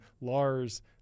Lars